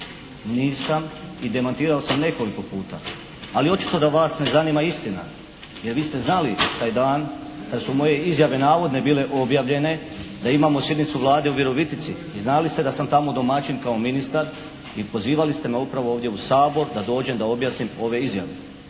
Nisam i demantirao sam nekoliko puta, ali očito da vas ne zanima istina. Jer vi ste znali taj dan kad su moje izjave navodne bile objavljene da imamo sjednicu Vlade u Virovitici. I znali ste da sam tamo domaćin kao ministar i pozivali ste me upravo ovdje u Sabor da dođem, da objasnim ove izjave.